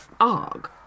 ARG